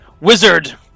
Wizard